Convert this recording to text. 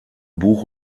buch